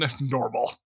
normal